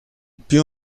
più